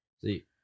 See